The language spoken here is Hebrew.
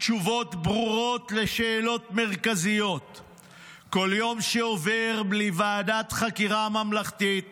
תשובות ברורות לשאלות המרכזיות"; "כל יום שעובר בלי ועדת חקירה ממלכתית